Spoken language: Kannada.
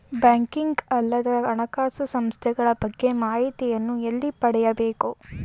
ಬ್ಯಾಂಕಿಂಗ್ ಅಲ್ಲದ ಹಣಕಾಸು ಸಂಸ್ಥೆಗಳ ಬಗ್ಗೆ ಮಾಹಿತಿಯನ್ನು ಎಲ್ಲಿ ಪಡೆಯಬೇಕು?